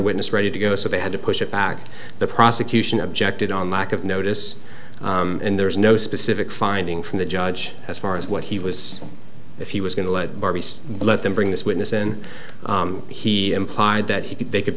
witness ready to go so they had to push it back the prosecution objected on lack of notice and there's no specific finding from the judge as far as what he was if he was going to let let them bring this witness and he implied that he could they could